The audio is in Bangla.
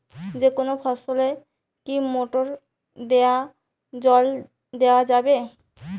যেকোনো ফসলে কি মোটর দিয়া জল দেওয়া যাবে?